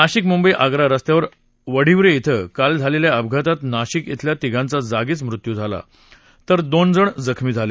नाशिक मुंबई आग्रा स्स्त्यावर वाडीव्हरे इथं काल झालेल्या अपघातात नाशिक इथल्या तिघांचा जागीच मृत्यू झाला तर दोन जण जखमी झाले